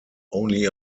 only